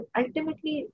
ultimately